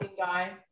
guy